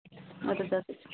اَدٕ حظ اَدٕ حظ